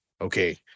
okay